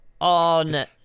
on